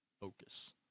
focus